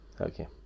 Okay